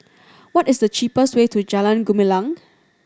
what is the cheapest way to Jalan Gumilang